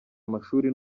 amashuri